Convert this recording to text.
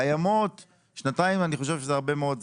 קיימות שנתיים אני חושב שזה הרבה מאוד זמן.